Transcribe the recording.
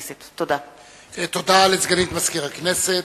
תודה לסגנית מזכיר הכנסת.